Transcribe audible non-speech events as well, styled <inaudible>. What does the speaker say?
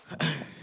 <coughs>